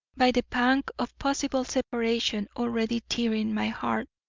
by the pang of possible separation already tearing my heart,